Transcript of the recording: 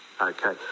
Okay